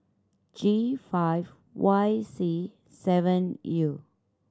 G five Y C seven U